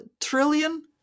trillion